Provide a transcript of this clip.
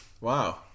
Wow